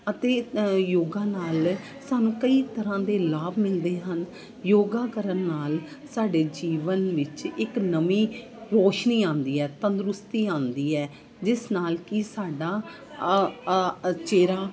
ਅਤੇ ਯੋਗਾ ਨਾਲ ਸਾਨੂੰ ਕਈ ਤਰ੍ਹਾਂ ਦੇ ਲਾਭ ਮਿਲਦੇ ਹਨ ਯੋਗਾ ਕਰਨ ਨਾਲ ਸਾਡੇ ਜੀਵਨ ਵਿੱਚ ਇੱਕ ਨਵੀਂ ਰੋਸ਼ਨੀ ਆਉਂਦੀ ਹੈ ਤੰਦਰੁਸਤੀ ਆਉਂਦੀ ਹੈ ਜਿਸ ਨਾਲ ਕਿ ਸਾਡਾ ਚਿਹਰਾ